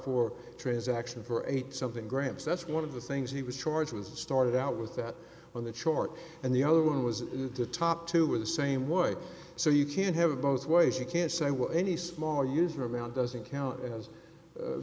four transaction for eight something grams that's one of the things he was charged with started out with that on the chart and the other one was in the top two were the same way so you can't have it both ways you can't say with any smaller user around doesn't count